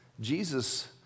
Jesus